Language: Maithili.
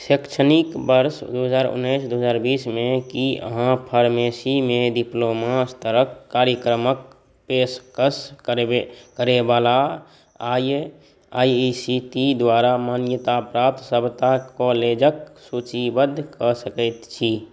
शैक्षणिक वर्ष दुइ हजार उनैस दुइ हजार बीसमे कि अहाँ फार्मेसीमे डिप्लोमा स्तरके कार्यक्रमके पेशकश करबै करैवला आइ ई सी टी द्वारा मान्यताप्राप्त सबटा कॉलेजके सूचीबद्ध कऽ सकै छी